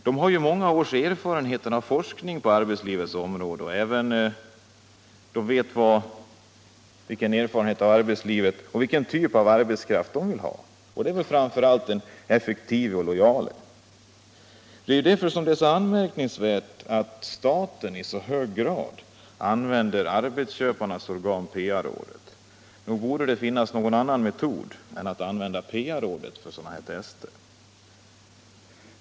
Rådet har många års erfarenhet av forskning på arbetslivets område och vet även vilken typ av arbetskraft som arbetsgivarna vill ha, nämligen framför allt den effektiva och lojala. Det är därför det är så anmärkningsvärt att staten i så stor utsträckning använder arbetsköparnas organ PA-rådet. Nog borde det finnas någon annan metod än att använda PA-rådet för sådana här tester.